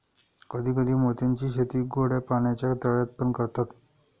कधी कधी मोत्यांची शेती गोड्या पाण्याच्या तळ्यात पण करतात